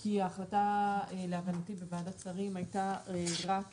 כי להבנתי ההחלטה בוועדת שרים הייתה שרק